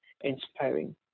inspiring